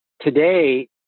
today